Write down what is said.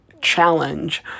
challenge